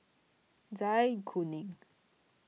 Zai Kuning